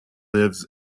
lives